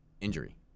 injury